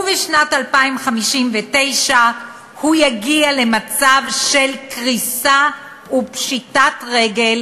ובשנת 2059 הוא יביא למצב של קריסה ופשיטת רגל,